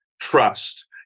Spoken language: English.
trust